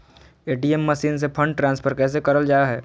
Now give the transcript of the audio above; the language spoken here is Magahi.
ए.टी.एम मसीन से फंड ट्रांसफर कैसे करल जा है?